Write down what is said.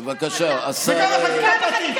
בבקשה, השר, וגם החקיקה הפרטית.